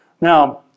Now